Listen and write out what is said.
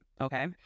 Okay